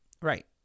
right